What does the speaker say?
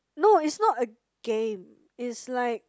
no it's not a game it's like